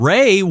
Ray